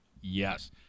yes